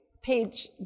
page